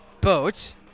boat